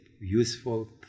useful